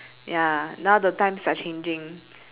ya now the times are changing